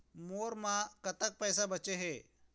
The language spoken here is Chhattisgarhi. मोर म कतक पैसा बचे हे?